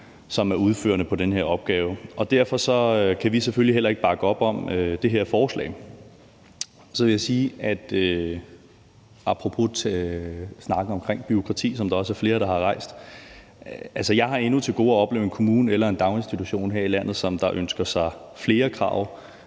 som er udførende i forhold til den her opgave. Derfor kan vi selvfølgelig heller ikke bakke op om det her forslag. Så vil jeg sige, apropos snakken omkring bureaukrati, som der også er flere der har startet, at jeg endnu har til gode at opleve en kommune eller en daginstitution her i landet, som ønsker sig flere krav,